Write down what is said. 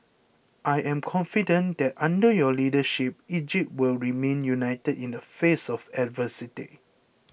I am confident that under your leadership Egypt will remain united in the face of adversity